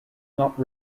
not